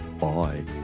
Bye